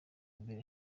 imbere